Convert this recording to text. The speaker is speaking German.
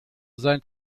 sein